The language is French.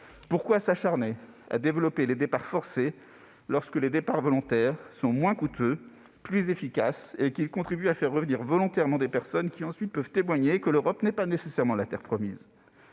pourquoi s'acharner à développer les départs forcés, alors que les départs volontaires sont moins coûteux, plus efficaces, et contribuent à faire revenir volontairement des personnes qui, ensuite, peuvent témoigner que l'Europe n'est pas nécessairement la terre promise ?